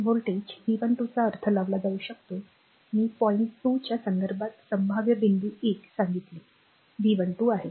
voltage V12 चा अर्थ लावला जाऊ शकतो मी पॉईंट 2 च्या संदर्भात संभाव्य बिंदू 1 सांगितले V12 आहे